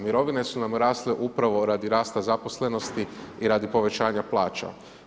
Mirovine su nam rasle upravo radi rasta zaposlenosti i radi povećanja plaća.